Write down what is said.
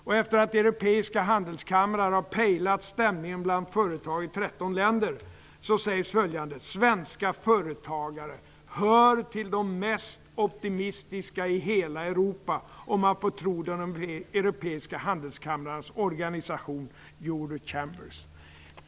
Efter det att europeiska handelskamrar har pejlat stämningen bland företag i 13 länder sägs följande: "Svenska företagare hör till de mest optimistiska i hela Europa om man får tro de europeiska handelskamrarnas organisation Eurochambres."